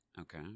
Okay